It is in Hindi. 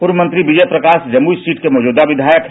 पूर्व मंत्री विजय प्रकाश जमुई सीट के मौजूदा विधायक है